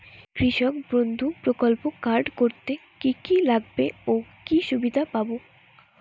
কৃষক বন্ধু প্রকল্প কার্ড করতে কি কি লাগবে ও কি সুবিধা পাব?